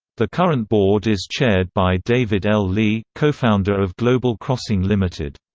the current board is chaired by david l. lee, co-founder of global crossing ltd.